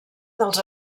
dels